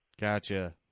Gotcha